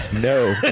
no